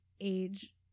age